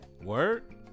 Word